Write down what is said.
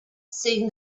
seen